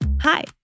Hi